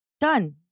Done